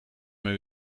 mij